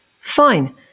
fine